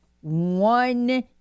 one